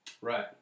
Right